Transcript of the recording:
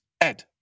Ed